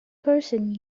person